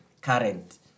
current